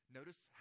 Notice